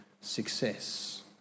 success